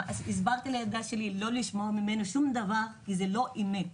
הסברתי לילדה שלי שלא תשמע ממנו שום דבר כי זה לא אמת,